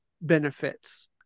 benefits